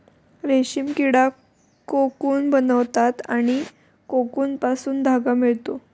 रेशीम किडा कोकून बनवतात आणि कोकूनपासून धागा मिळतो